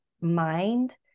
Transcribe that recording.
mind